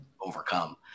overcome